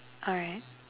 alright